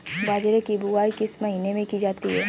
बाजरे की बुवाई किस महीने में की जाती है?